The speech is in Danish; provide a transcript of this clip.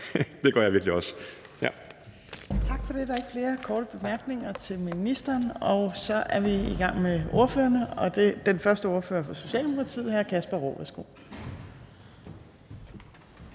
næstformand (Trine Torp): Tak for det. Der er ikke flere korte bemærkninger til ministeren. Så er vi i gang med ordførerrækken, og den første ordfører er fra Socialdemokratiet. Hr. Kasper Roug,